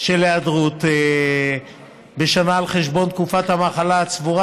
של היעדרות בשנה על חשבון תקופת המחלה הצבורה